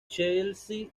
chelsea